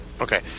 Okay